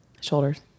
shoulders